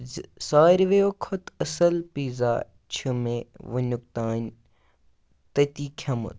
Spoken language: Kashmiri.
زِ ساروِیو کھۄتہٕ اَصٕل پیٖزا چھِ مےٚ وٕنیُک تام تٔتی کھیوٚمُت